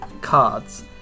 cards